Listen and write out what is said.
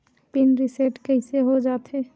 Pin reset कइसे हो जाथे?